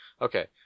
Okay